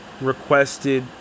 requested